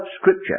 scripture